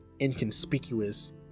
inconspicuous